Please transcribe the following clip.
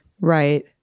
Right